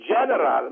general